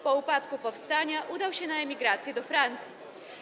Po upadku powstania udał się na emigrację do Francji.